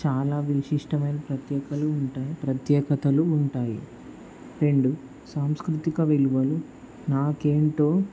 చాలా విశిష్టమైన ప్రత్యేకలు ఉంటాయి ప్రత్యేకతలు ఉంటాయి రెండు సాంస్కృతిక విలువలు నాకు ఎంతో